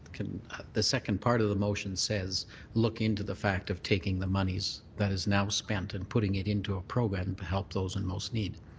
the second part of the motion says look into the fact of taking the moneys that is now spent and putting it into a program to help those in most need.